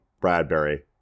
bradbury